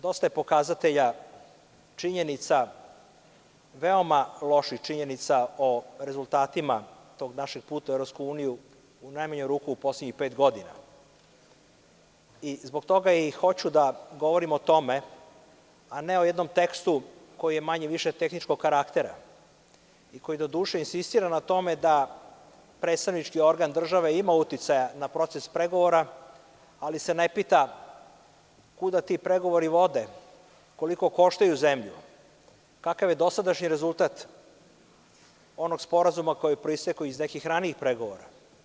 Dosta pokazatelja, činjenica, veoma loših činjenica, o rezultatima tog našeg puta u EU u najmanju ruku u poslednjih pet godina i zbog toga i hoću da govorim o tome, a ne o jednom tekstu koji je manje više tehničkog karaktera i koji doduše insistira na tome da predsednički organ države ima uticaja na proces pregovora, ali se ne pita kuda ti pregovori vode, koliko koštaju za zemlju, kakav je dosadašnji rezultat onog sporazuma koji proistekao iz nekih ranijih pregovora.